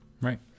right